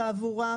התעבורה,